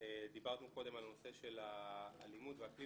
דיברנו קודם על נושא האלימות והאקלים